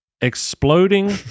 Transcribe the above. Exploding